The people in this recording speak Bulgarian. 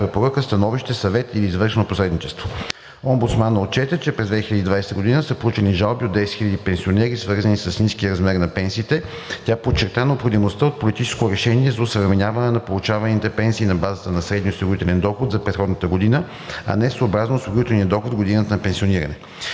Омбудсманът отчете, че през 2020 г. са получени жалби от 10 000 пенсионери, свързани с ниския размер на пенсиите. Тя подчерта необходимостта от политическо решение за осъвременяване на получаваните пенсии на базата на средния осигурителен доход за предходната година, а не съобразно осигурителния доход в годината на пенсиониране.